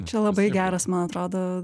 čia labai geras man atrodo